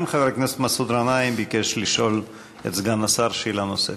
גם חבר הכנסת מסעוד גנאים ביקש לשאול את סגן השר שאלה נוספת.